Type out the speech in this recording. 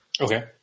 Okay